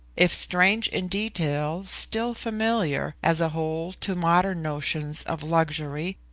if strange in detail, still familiar, as a whole, to modern notions of luxury,